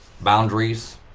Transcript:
boundaries